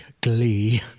glee